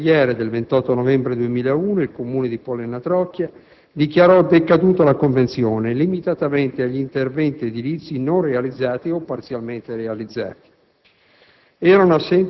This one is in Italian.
Con delibera consiliare del 28 novembre 2001, il Comune di Pollena Trocchia dichiarò decaduta la convenzione, limitatamente agli interventi edilizi non realizzati o parzialmente realizzati.